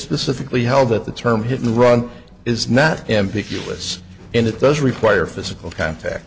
specifically held that the term hidden run is not ambiguous and it does require physical contact